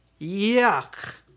Yuck